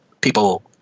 People